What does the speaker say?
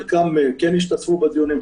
חלקם כן השתתפו בדיונים,